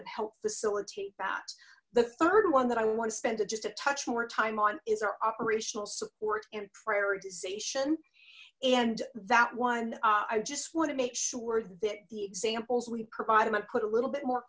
of help facilitate that the third one that i want to spend just a touch more time on is our operational support and prioritization and that one i just want to make sure that the examples we provide them and put a little bit more